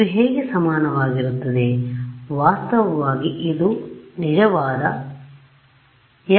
ಇದು ಹೇಗೆ ಸಮಾನವಾಗಿರುತ್ತದೆ ಆದ್ದರಿಂದ ವಾಸ್ತವವಾಗಿ ಈ ನಿಜವಾದ x x1